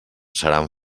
seran